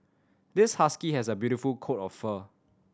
this husky has a beautiful coat of fur